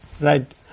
right